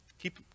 Keep